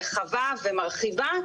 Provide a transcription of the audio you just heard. רחבה ומרחיבה,